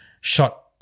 shot